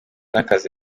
n’akazi